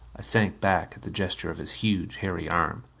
i sank back at the gesture of his huge hairy arm.